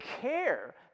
care